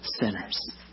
sinners